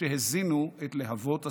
שהזינו את להבות השנאה.